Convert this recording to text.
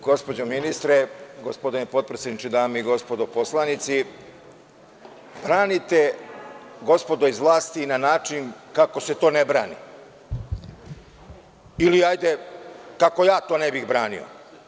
Gospođo ministre, gospodine potpredsedniče, dame i gospodo poslanici, branite, gospodo iz vlasti, na način kako se to ne brani ili hajde, kako ja to ne bih branio.